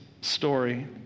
story